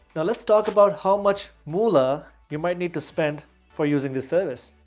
now, let's talk about how much moolah you might need to spend for using the service.